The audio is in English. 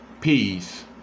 peace